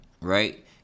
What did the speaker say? Right